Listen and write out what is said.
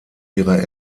ihre